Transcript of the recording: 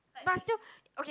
but still okay